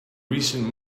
recent